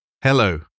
hello